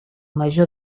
major